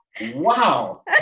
wow